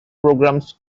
programs